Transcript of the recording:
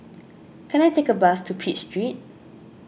can I take a bus to Pitt Street